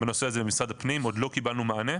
בנושא הזה למשרד הפנים, עוד לא קיבלנו מענה,